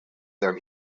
them